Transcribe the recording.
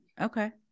Okay